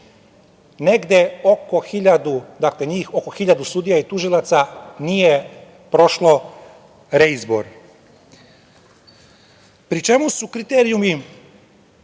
negde oko 1.000 sudija i tužilaca nije prošlo reizbor. Pri čemu su kriterijumi